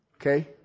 Okay